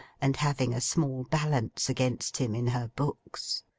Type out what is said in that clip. and having a small balance against him in her books.